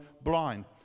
blind